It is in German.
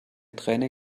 träne